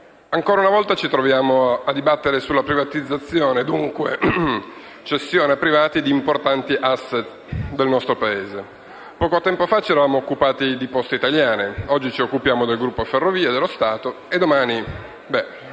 ancora una volta ci troviamo a dibattere sulla privatizzazione e dunque sulla cessione a privati di importanti *asset* del nostro Paese. Poco tempo fa ci eravamo occupati di Poste Italiane, oggi ci occupiamo del gruppo Ferrovie dello Stato, e domani?